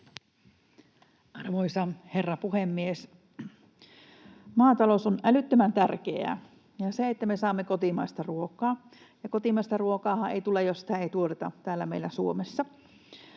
Arvoisa herra puhemies! Maatalous on älyttömän tärkeää ja se, että me saamme kotimaista ruokaa, ja kotimaista ruokaahan ei tule, jos sitä ei tuoteta täällä meillä Suomessa.